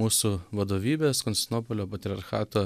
mūsų vadovybės konstantinopolio patriarchato